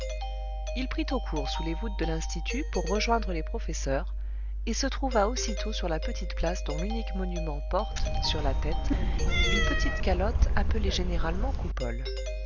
il prit au court sous les voûtes de l'institut pour rejoindre les professeurs et se trouva aussitôt sur la petite place dont l'unique monument porte sur la tête une petite calotte appelée généralement coupole